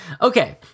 okay